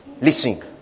listen